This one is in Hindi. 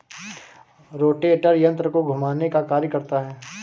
रोटेटर यन्त्र को घुमाने का कार्य करता है